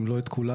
אם לא את כולן,